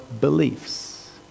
beliefs